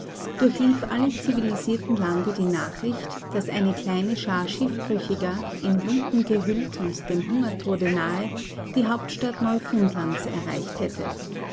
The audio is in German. durchlief alle zivilisierten lande die nachricht daß eine kleine schar schiffbrüchiger in lumpen gehüllt und dem hungertode nahe die hauptstadt neufundlands erreicht hätte